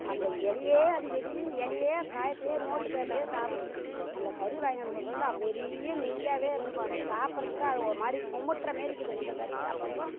அந்த இலையே அது வெறும் இலையே காகித்தையோ நோட்டு பேப்பரையோ சாப்பிடுது அந்த கறி வாங்கியாந்து கொடுத்ததுல வெறிய நெய்யாவே இருந்துது சாப்பிட்றதுக்கே அது ஒரு மாதிரி குமட்றமேரி இருக்குது இங்கே கறி சாப்பிட்டதுக்கும்